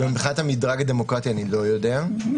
מבחינת המדרג הדמוקרטי אני לא יודע,